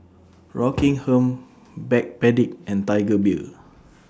Rockingham Backpedic and Tiger Beer